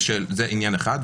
זה עניין אחד,